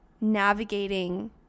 navigating